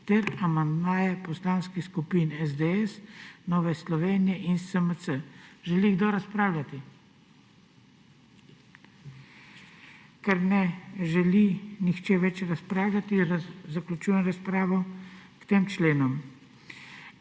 ter amandmaje poslanskih skupin SDS, Nove Slovenije in SMC. Želi kdo razpravljati? (Ne.) Ker ne želi nihče več razpravljati, zaključujem razpravo k tem členom.